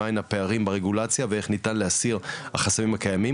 מהם הפערים ברגולציה ואיך ניתן להסיר את החסמים הקיימים,